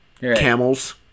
Camels